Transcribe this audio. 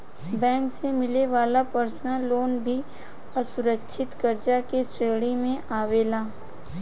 bank से मिले वाला पर्सनल लोन भी असुरक्षित कर्जा के श्रेणी में आवेला